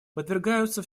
подвергаются